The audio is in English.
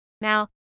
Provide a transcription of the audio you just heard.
Now